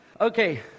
Okay